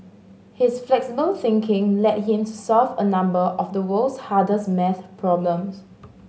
his flexible thinking led him to solve a number of the world's hardest maths problems